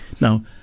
Now